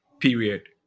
period